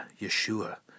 Yeshua